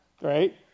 Right